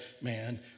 man